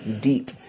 deep